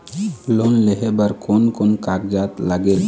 Loan लेहे बर कोन कोन कागजात लागेल?